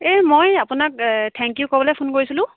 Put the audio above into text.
এই মই আপোনাক থেংক ইউ ক'বলৈ ফোন কৰিছিলোঁ